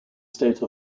state